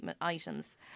items